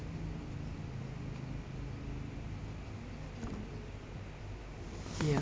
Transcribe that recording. ya